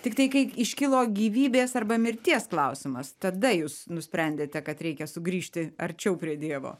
tiktai kai iškilo gyvybės arba mirties klausimas tada jūs nusprendėte kad reikia sugrįžti arčiau prie dievo